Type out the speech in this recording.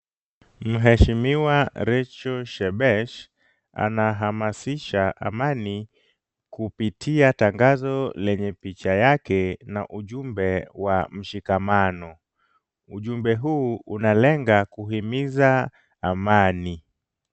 Mheshimiwa Rachel Shebesh, anahamasisha amani kupitia tangazo lenye picha yake na ujumbe wa mshikamano. Ujumbe huu unalenga kuhimiza amani.